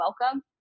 welcome